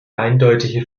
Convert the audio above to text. eindeutige